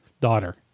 Daughter